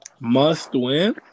Must-win